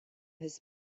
his